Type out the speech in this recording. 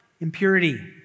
impurity